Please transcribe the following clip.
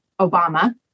Obama